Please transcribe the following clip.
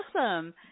awesome